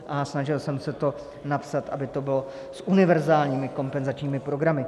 A snažil jsem se to napsat, aby to bylo s univerzálními kompenzačními programy.